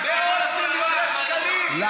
אתה עושה את זה בוועדת החוץ